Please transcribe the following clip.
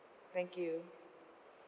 thank you